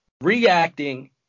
reacting